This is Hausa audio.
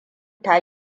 ta